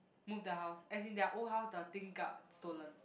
move the house as in their old house the thing got stolen